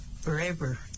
forever